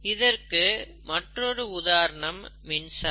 இதற்கு மற்றொரு உதாரணம் மின்சாரம்